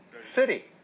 city